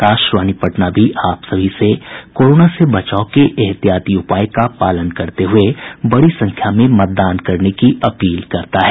आकाशवाणी पटना भी आप सभी से कोरोना से बचाव के एहतियाती उपाय का पालन करते हुये बड़ी संख्या में मतदान करने की अपील करता है